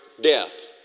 death